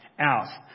out